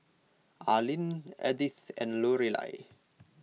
Arline Edythe and Lorelei